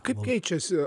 kaip keičiasi